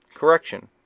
Correction